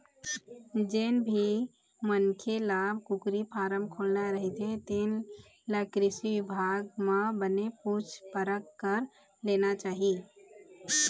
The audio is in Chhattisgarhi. जेन भी मनखे ल कुकरी फारम खोलना रहिथे तेन ल कृषि बिभाग म बने पूछ परख कर लेना चाही